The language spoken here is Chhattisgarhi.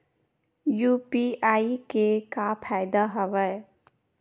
यू.पी.आई के का फ़ायदा हवय?